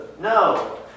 No